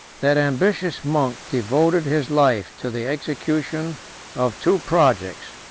that ambitious monk devoted his life to the execution of two projects.